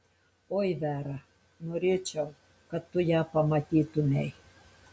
oi vera norėčiau kad tu ją pamatytumei